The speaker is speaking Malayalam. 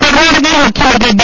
കർണ്ണാടകയിൽ മുഖ്യന്ത്രി ബി